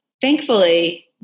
thankfully